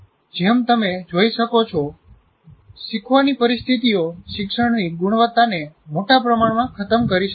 જેમ તમે જોઈ શકો છો શીખવાની પરિસ્થિતિઓ શિક્ષણની ગુણવત્તાને મોટા પ્રમાણમાં ખતમ કરી શકે છે